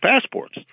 passports